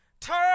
turn